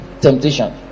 temptation